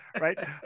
Right